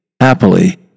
happily